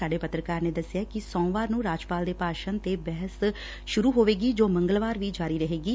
ਸਾਡੇ ਪੱਤਰਕਾਰ ਨੇ ਦਸਿਐ ਕਿ ਸੋਮਵਾਰ ਨੂੰ ਰਾਜਪਾਲ ਦੇ ਭਾਸ਼ਣ ਤੇ ਬਹਿਸ ਸੁਰੂ ਹੋਏਗੀ ਜੋ ਮੰਗਲਵਾਰ ਵੀ ਜਾਰੀ ਰਹੇਗੀ